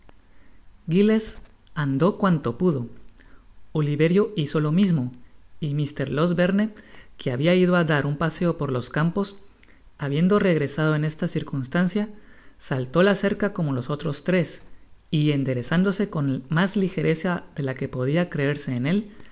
giles andó cuanto pudo oliverio hizo lo mismo y mr losbertie que habia ido á dar un paseo por los campos habiendo regresado en esta circunstancia saltó la cerca como los otros tres y enderezándose con mas ligereza de la que podia creerse en él